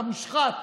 אתה מושחת.